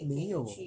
没有